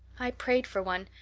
i prayed for one,